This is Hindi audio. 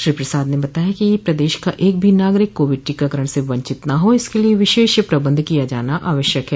श्री प्रसाद ने बताया कि प्रदेश का एक भी नागरिक काविड टीकाकरण से वंचित न हो इसक लिये विशेष प्रबंध किया जाना आवश्यक है